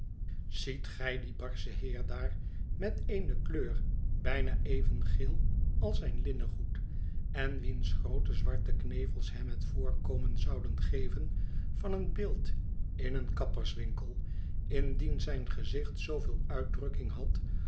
ziet gij dien barschen heer daar met eene kleur bijna even geel als zijn linnengoed en wiens groote zwarte knevels hem het voorkomen zouden geven van een beeld in een kapperswinkel indien zijn gezicht zooveel uitdrukking had